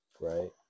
right